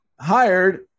hired